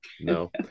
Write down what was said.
No